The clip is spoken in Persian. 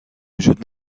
وجود